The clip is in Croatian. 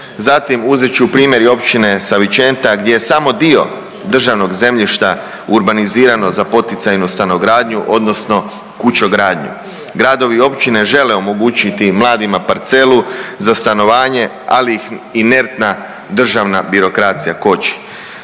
Zatim, uzet ću primjer i općine .../Govornik se ne razumije./... gdje samo dio državnog zemljišta urbanizirano za poticajnu stanogradnju odnosno kućogradnju. Gradovi i općine žele omogućiti mladima parcelu za stanovanje, ali ih inertna državna birokracija koči.